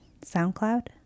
soundcloud